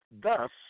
thus